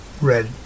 red